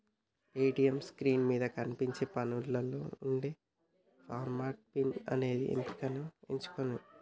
ATM screen మీద కనిపించే మెనూలో వుండే ఫర్గాట్ పిన్ అనే ఎంపికను ఎంచుకొండ్రి